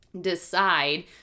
decide